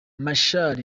machar